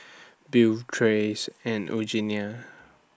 Bill Trace and Eugenia